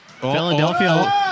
Philadelphia